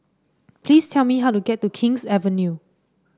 please tell me how to get to King's Avenue